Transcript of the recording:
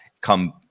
come